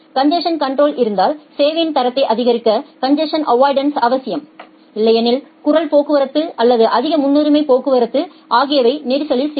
congestion control இருந்தால் சேவையின் தரத்தை ஆதரிக்க கன்ஜசன் அவ்வாய்டன்ஸ் அவசியம் இல்லையெனில் குரல் போக்குவரத்து அல்லது அதிக முன்னுரிமை போக்குவரத்து ஆகியவை நெரிசலில் சிக்கும்